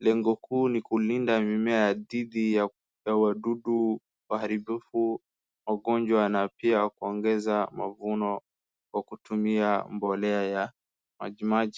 Lengo kuu ni kulinda mimea dhidi ya wadudu waharibifu, magonjwa na pia kuongezea mavuno kwa kutumia mbolea ya majimaji.